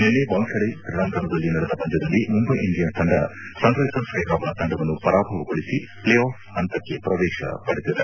ನಿನ್ನೆ ವಾಂಖೆದೆ ಕ್ರೀಡಾಂಗಣದಲ್ಲಿ ನಡೆದ ಪಂದ್ಯದಲ್ಲಿ ಮುಂಬೈ ಇಂಡಿಯನ್ಸ್ ತಂಡ ಸನ್ ರೈಸರ್ಸ್ ಹೈದ್ರಾಬಾದ್ ತಂಡವನ್ನು ಪರಾಭವಗೊಳಿಸಿ ಪ್ಲೇ ಅಫ್ ಹಂತಕ್ಕೆ ಪ್ರವೇಶ ಪಡೆದಿದೆ